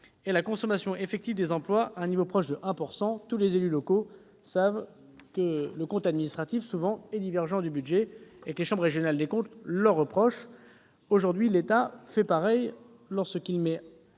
et la consommation effective des emplois à un niveau proche de 1 %. Tous les élus locaux le savent, le compte administratif diffère souvent du budget, ce que les chambres régionales des comptes leur reprochent. Aujourd'hui, l'État doit faire l'effort